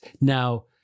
Now